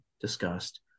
discussed